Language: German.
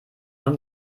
und